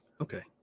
Okay